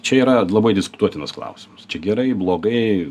čia yra labai diskutuotinas klausimas čia gerai blogai